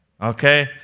Okay